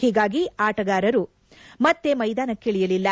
ಹೀಗಾಗಿ ಆಟಗಾರರು ಮತ್ತೆ ಮೈದಾನಕ್ಕಿ ಳಿಯಲಿಲ್ಲ